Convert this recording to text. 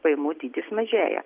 pajamų dydis mažėja